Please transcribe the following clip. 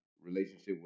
relationship